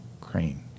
Crane